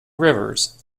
rivers